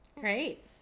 Great